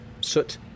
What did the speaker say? soot